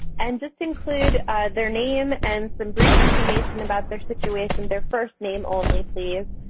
and just include their name and some brief information about their situation, their first name only, please.